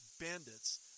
bandits